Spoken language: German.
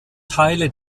teile